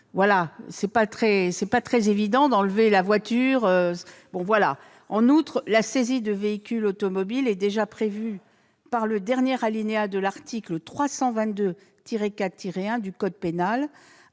territoire pour y faire enlever un véhicule. En outre, la saisie de véhicules automobiles est déjà prévue par le dernier alinéa de l'article 322-4-1 du code pénal,